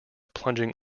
plunging